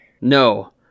no